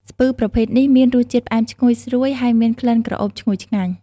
ស្ពឺប្រភេទនេះមានរសជាតិផ្អែមឈ្ងុយ ស្រួយ ហើយមានក្លិនក្រអូបឈ្ងុយឆ្ងាញ់។